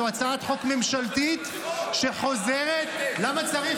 זו הצעת חוק ממשלתית שחוזרת -- למה צריך חוק?